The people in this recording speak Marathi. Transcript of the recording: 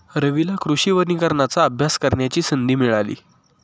रवीला कृषी वनीकरणाचा अभ्यास करण्याची संधी मिळाली